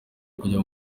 kujya